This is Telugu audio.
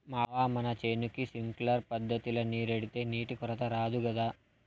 మావా మన చేనుకి సింక్లర్ పద్ధతిల నీరెడితే నీటి కొరత రాదు గదా